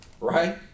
right